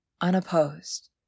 unopposed